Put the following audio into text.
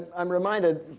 i'm reminded